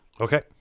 Okay